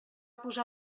posar